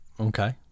Okay